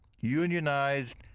unionized